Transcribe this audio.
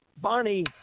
Bonnie